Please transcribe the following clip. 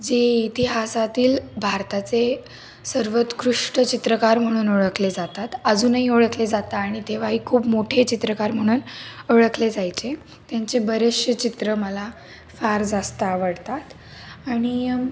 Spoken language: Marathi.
जे इतिहासातील भारताचे सर्वोत्कृष्ट चित्रकार म्हणून ओळखले जातात अजूनही ओळखले जातात आणि तेव्हाही खूप मोठे चित्रकार म्हणून ओळखले जायचे त्यांचे बरेचसे चित्रं मला फार जास्त आवडतात आणि